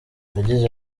yagize